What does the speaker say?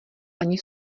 ani